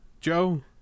Joe